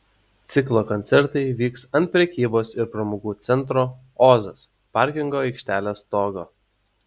ciklo koncertai vyks ant prekybos ir pramogų centro ozas parkingo aikštelės stogo